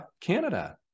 Canada